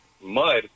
mud